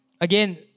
again